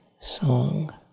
song